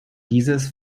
dieses